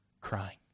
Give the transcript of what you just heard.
crying